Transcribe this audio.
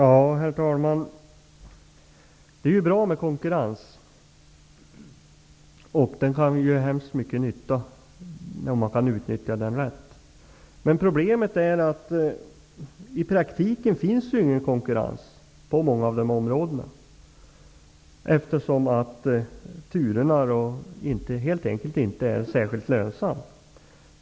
Herr talman! Det är ju bra med konkurrens. Den kan göra väldigt mycket nytta, om man rätt kan utnyttja den. Men problemet är att det i praktiken inte finns någon konkurrens på många av dessa linjer, eftersom turerna inte är särskilt lönsamma.